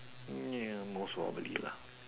ya most probably lah